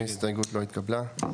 0 ההסתייגות לא התקבלה.